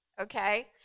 okay